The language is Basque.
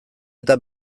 eta